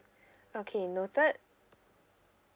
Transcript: okay noted